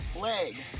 leg